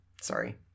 Sorry